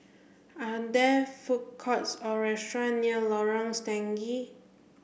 are there food courts or restaurant near Lorong Stangee